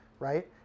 right